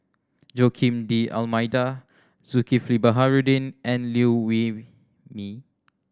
Joaquim D'Almeida Zulkifli Baharudin and Liew Wee Mee